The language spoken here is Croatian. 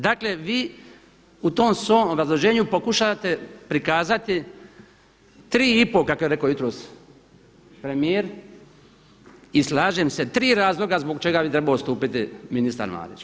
Dakle vi u tom svom obrazloženju pokušate prikazati tri i po kako je rekao jutros premijer i slažem se, tri razloga zbog čega bi trebao odstupiti ministar Marić.